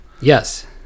Yes